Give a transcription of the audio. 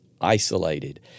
isolated